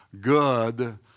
good